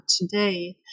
today